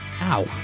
ow